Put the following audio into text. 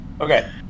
okay